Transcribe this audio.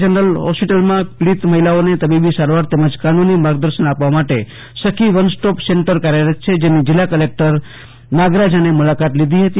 general હોસ્પિટલમાં પીડિત મહિલાઓને તબીબી સારવાર તેમજ કાનુંની માર્ગદર્શન આપવા માટે સખી વન સ્ટો સેન્ટર કાર્યરત છે જેની જિલ્લા કલેક્ટર નાગરાજને મુલાકાત લીધી હતી